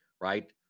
right